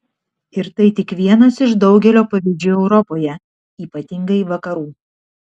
ir tai tik vienas iš daugelio pavyzdžių europoje ypatingai vakarų